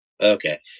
Okay